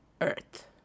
earth